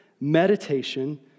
meditation